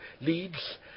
leads